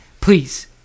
please